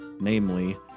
Namely